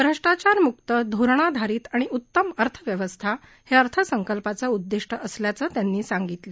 भ्रष्ट्राचार मुक्त धोरणाधारीत आणि उत्तम अर्थव्यवस्था हे अर्थसंकल्पाचं उदिष्ट असल्याचं त्यांनी सांगितलं